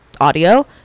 audio